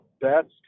best